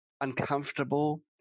uncomfortable